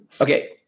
Okay